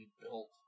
built